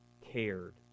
cared